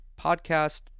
podcast